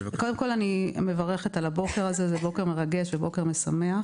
אני מברכת על הבוקר הזה, זה בוקר מרגש ומשמח.